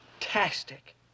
Fantastic